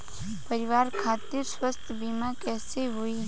परिवार खातिर स्वास्थ्य बीमा कैसे होई?